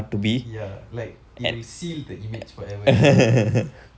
ya like it will seal the image forever you know